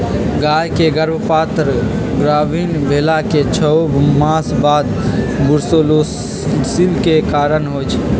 गाय के गर्भपात गाभिन् भेलाके छओ मास बाद बूर्सोलोसिस के कारण होइ छइ